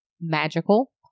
Magical